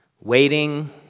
Waiting